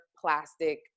plastic